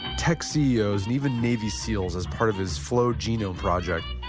tech ceos and even navy seals as part of his flow genome project,